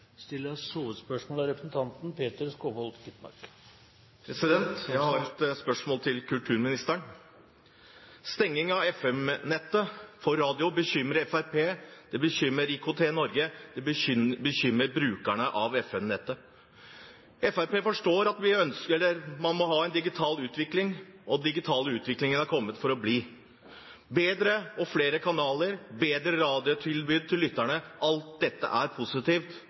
Jeg har et spørsmål til kulturministeren. Stenging av FM-nettet for radio bekymrer Fremskrittspartiet, det bekymrer IKT-Norge, det bekymrer brukerne av FM-nettet. Fremskrittspartiet forstår at man må ha en digital utvikling, og at den digitale utviklingen har kommet for å bli. Bedre og flere kanaler, bedre radiotilbud til lytterne – alt dette er positivt.